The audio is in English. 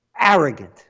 Arrogant